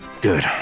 Good